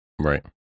right